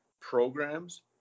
programs